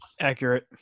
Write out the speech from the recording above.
accurate